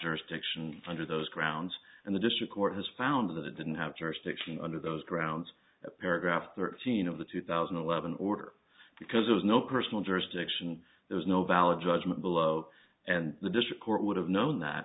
jurisdiction under those grounds and the district court has found that the didn't have jurisdiction under those grounds paragraph thirteen of the two thousand and eleven order because there was no personal jurisdiction there is no valid judgment below and the district court would have known that